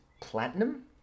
platinum